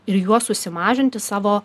ir juo susimažinti savo